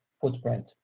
footprint